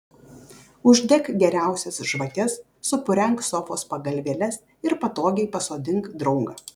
uždek geriausias žvakes supurenk sofos pagalvėles ir patogiai pasodink draugą